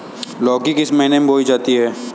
लौकी किस महीने में बोई जाती है?